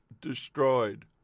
destroyed